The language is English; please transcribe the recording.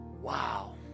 wow